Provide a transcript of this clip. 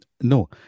No